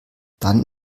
dann